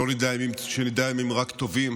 שנדע רק ימים טובים.